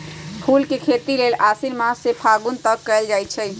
फूल के खेती लेल आशिन मास से फागुन तक कएल जाइ छइ